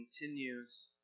continues